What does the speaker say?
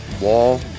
wall